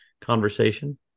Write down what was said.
conversation